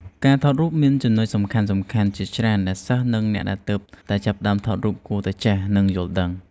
ការថតរូបមានចំណុចសំខាន់ៗ ជាច្រើនដែលសិស្ស និងអ្នកដែលទើបតែចាប់ផ្ដើមថតរូបគួរតែចេះ និងយល់ដឹង។